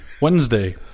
Wednesday